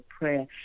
prayer